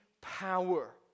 power